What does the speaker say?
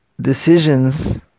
decisions